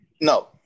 No